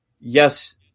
yes